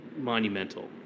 monumental